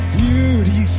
beauty